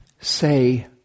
say